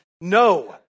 No